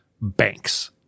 banks